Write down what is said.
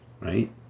Right